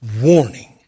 warning